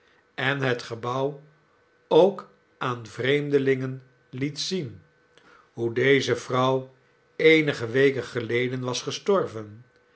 en het gebouw ook aan vreemdelingen liet zien hoe deze vrouw eenige weken geleden was gestorven